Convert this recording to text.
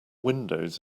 windows